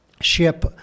ship